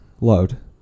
Load